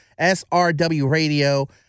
srwradio